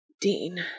Dean